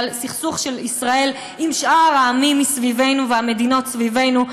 אלא סכסוך של ישראל עם שאר העמים מסביבנו והמדינות סביבנו.